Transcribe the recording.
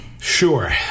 sure